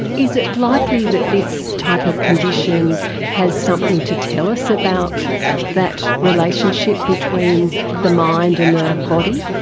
is it likely that this type of condition has something to tell us about that relationship between the mind and the body?